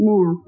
Now